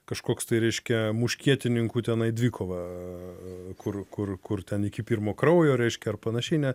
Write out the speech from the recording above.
kažkoks tai reiškia muškietininkų tenai dvikova kur kur kur ten iki pirmo kraujo reiškia ar panašiai ne